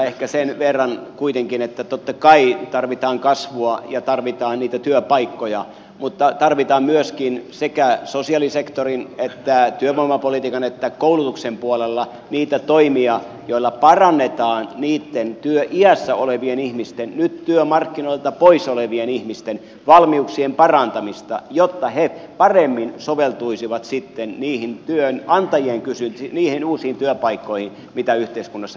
ehkä sen verran kuitenkin että totta kai tarvitaan kasvua ja tarvitaan niitä työpaikkoja mutta tarvitaan myöskin sekä sosiaalisektorin että työvoimapolitiikan että koulutuksen puolella niitä toimia joilla parannetaan työiässä olevien ihmisten nyt työmarkkinoilta pois olevien ihmisten valmiuksia jotta he paremmin soveltuisivat sitten niihin uusiin työpaikkoihin mitä yhteiskunnassa pystytään luomaan